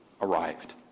arrived